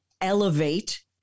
elevate